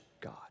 God